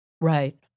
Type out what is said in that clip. right